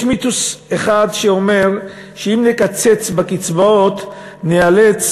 יש מיתוס אחד שאומר שאם נקצץ בקצבאות נאלץ